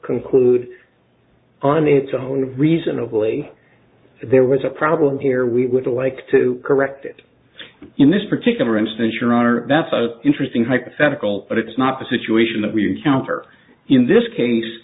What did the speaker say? conclude on its own reasonably there was a problem here we would like to correct it in this particular instance your honor that's a interesting hypothetical but it's not the situation that we encounter in this case